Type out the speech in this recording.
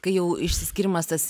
kai jau išsiskyrimas tas